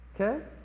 Okay